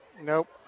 Nope